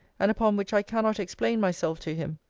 and upon which i cannot explain myself to him.